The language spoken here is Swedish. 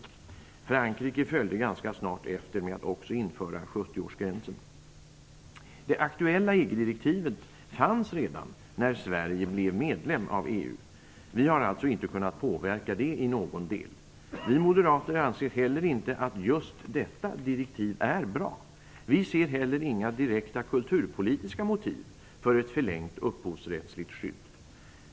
Frankrike följde ganska snart efter med att också införa 70 Det aktuella EG-direktivet fanns redan när Sverige blev medlem i EU. Vi har inte kunnat påverka det i någon del. Vi moderater anser heller inte att just detta direktiv är bra. Vi ser heller inga direkta kulturpolitiska motiv för ett förlängt upphovsrättsligt skydd.